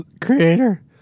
creator